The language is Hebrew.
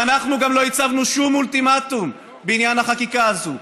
ואנחנו גם לא הצבנו שום אולטימטום בעניין החקיקה הזאת.